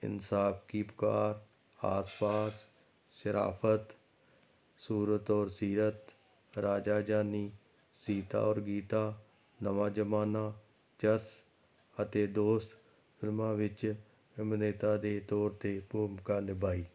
ਇਨਸਾਫ਼ ਕੀ ਪੁਕਾਰ ਆਸ ਪਾਸ ਸਰਾਫਤ ਸੂਰਤ ਔਰ ਸੀਰਤ ਰਾਜਾ ਜਾਨੀ ਸੀਤਾ ਔਰ ਗੀਤਾ ਨਵਾਂ ਜ਼ਮਾਨਾ ਜਸ ਅਤੇ ਦੋਸਤ ਫ਼ਿਲਮਾਂ ਵਿੱਚ ਅਭਿਨੇਤਾ ਦੇ ਤੌਰ 'ਤੇ ਭੂਮਿਕਾ ਨਿਭਾਈ